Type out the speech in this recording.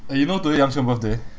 eh you know today yang quan birthday